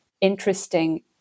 interesting